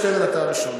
הכנסת שטרן, אתה הראשון.